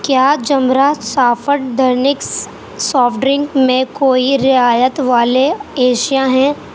کیا زمرہ soft drinks soft drink میں کوئی رعایت والی اشیاء ہیں